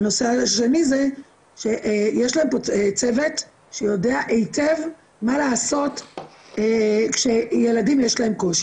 והנושא השני זה שיש להם צוות שיודע היטב מה לעשות כשילדים יש להם קושי.